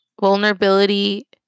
vulnerability